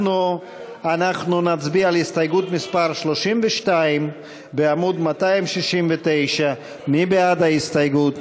אנחנו נצביע על הסתייגות מס' 32 בעמוד 269. מי בעד ההסתייגות?